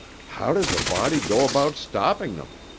how does a body go about stopping em?